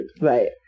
Right